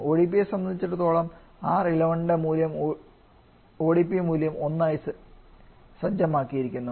ഒഡിപിയെ സംബന്ധിച്ചിടത്തോളം R 11 ന്റെ ODP മൂല്യം 1 ആയി സജ്ജമാക്കിയിരിക്കുന്നു